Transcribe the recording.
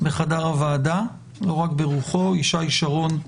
בחדר הוועדה, לא רק ברוחו, ישי שרון.